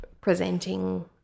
presenting